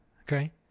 okay